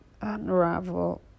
unravel